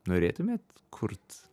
norėtumėt kurt